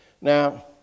Now